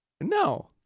No